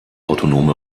autonome